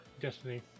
destiny